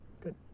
Good